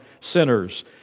sinners